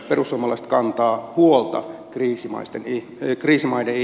perussuomalaiset kantaa huolta kriisimaiden ihmisistä